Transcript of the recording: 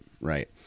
right